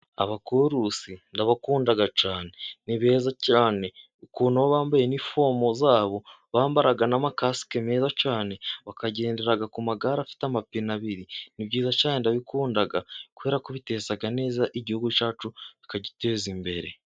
Abakurasi ndabakunda cyane, ni beza cyane, ukuntu baba bambaye inifomu zabo, bambaraga na makasike meza cyane, bakagendera ku magare afite amapine abiri. Ni byiza cyane, ndabikunda, kubera ko bitezaga neza igihugu cyacu, bikagiteza imbere.